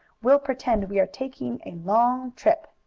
we'll pretend we are taking a long trip.